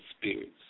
spirits